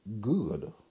good